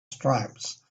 stripes